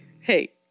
hey